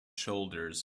shoulders